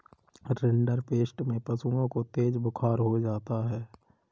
rinderpest में पशुओं को तेज बुखार हो जाता है